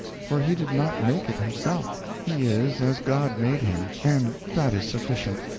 for he did not make it himself he is as god made him, and that is sufficient.